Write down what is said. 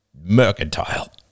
mercantile